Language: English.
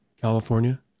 California